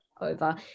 over